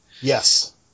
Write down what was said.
Yes